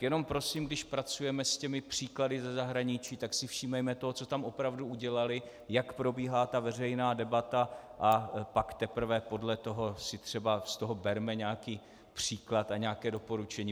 Jenom prosím, když pracujeme s příklady ze zahraničí, tak si všímejte toho, co tam opravdu udělali, jak probíhá veřejná debata, a pak teprve podle toho si třeba z toho berme nějaký příklad a nějaké doporučení.